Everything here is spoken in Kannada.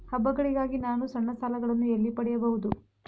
ಹಬ್ಬಗಳಿಗಾಗಿ ನಾನು ಸಣ್ಣ ಸಾಲಗಳನ್ನು ಎಲ್ಲಿ ಪಡೆಯಬಹುದು?